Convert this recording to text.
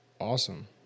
awesome